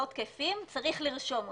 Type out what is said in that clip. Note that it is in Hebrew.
לא תקפים, צריך לרשום אותם.